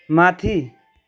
माथि